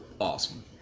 awesome